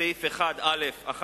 בסעיף 1א(1)